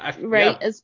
right